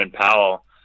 Powell